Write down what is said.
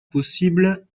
possible